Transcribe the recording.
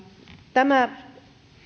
tämä